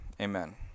Amen